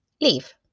leave